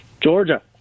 Georgia